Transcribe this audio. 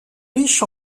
riche